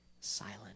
silent